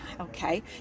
okay